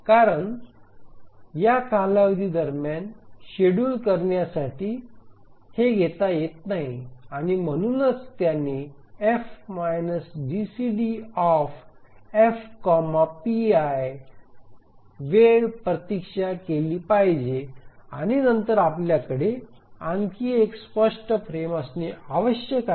कारण या कालावधी दरम्यान शेड्यूल करण्यासाठी हे घेता येत नाही आणि म्हणूनच त्याने F GCDF pi वेळ प्रतीक्षा केली पाहिजे आणि नंतर आपल्याकडे आणखी एक स्पष्ट फ्रेम असणे आवश्यक आहे